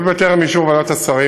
עוד בטרם אישור ועדת השרים,